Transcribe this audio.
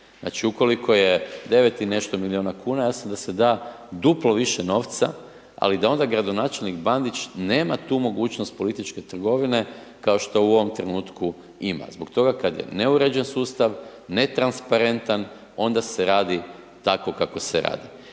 Znači, ukoliko je 9 i nešto milijuna kuna, ja sam da se da duplo više novca, ali da onda gradonačelnik Bandić nema tu mogućnost političke trgovine, kao što u ovom trenutku ima zbog toga kad je neuređen sustav, netransparentan, onda se radi tako kako se radi.